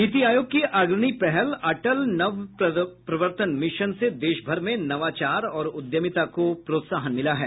नीति आयोग की अग्रणी पहल अटल नवप्रवर्तन मिशन से देशभर में नवाचार और उद्यमिता को प्रोत्साहन मिला है